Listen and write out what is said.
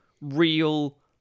real